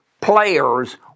players